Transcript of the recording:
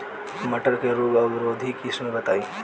मटर के रोग अवरोधी किस्म बताई?